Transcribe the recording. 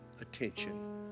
attention